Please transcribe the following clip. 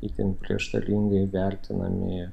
itin prieštaringai vertinami